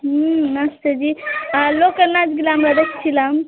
হুম নাচতে জি আর লোকের নাচগুলা আমরা দেখছিলাম